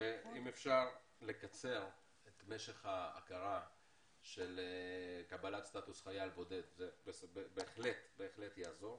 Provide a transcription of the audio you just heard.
ואם אפשר לקצר את משך ההכרה וקבלת סטטוס חייל בודד זה בהחלט יעזור.